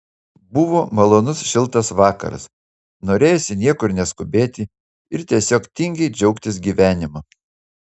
buvo malonus šiltas vakaras norėjosi niekur neskubėti ir tiesiog tingiai džiaugtis gyvenimu